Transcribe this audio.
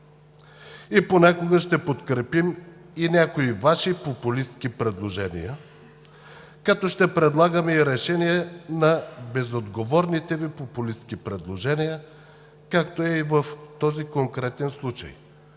Понякога ще подкрепяме някои Ваши популистки предложения, като ще предлагаме решения на безотговорните Ви популистки предложения, както е и в този конкретен случай.